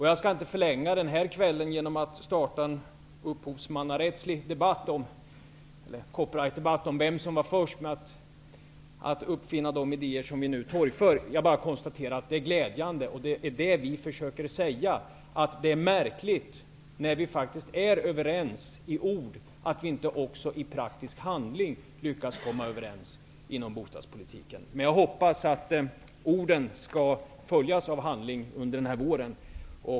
Jag skall inte förlänga den här kvällen genom att starta en upphovsmannarättslig debatt copyrightdebatt om vem som var först att upp finna de idéer som vi nu torgför. Jag bara konsta terar att det är glädjande. Det är det vi försöker säga. Det är märkligt att vi inte, när vi faktiskt är överens i ord, lyckas komma överens i praktisk handling inom bostadspolitiken. Jag hoppas att orden skall följas av handling under våren.